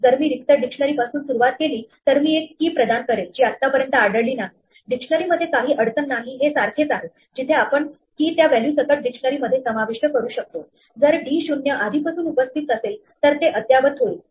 जर मी रिक्त डिक्शनरी पासून सुरुवात केली तर मी एक key प्रदान करेल जी आत्तापर्यंत आढळली नाही डिक्शनरीमध्ये काही अडचण नाही हे सारखेच आहे जिथे आपण key त्या व्हॅल्यू सकट डिक्शनरीमध्ये समाविष्ट करू शकतो जर d 0 आधीपासून उपस्थित असेल तर ते अद्यावत होईल